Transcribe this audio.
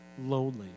lonely